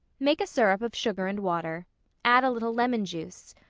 make a syrup of sugar and water add a little lemon-juice.